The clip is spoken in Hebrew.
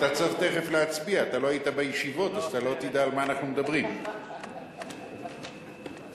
אני מדבר עם יושב-ראש הקואליציה.